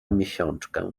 miesiączkę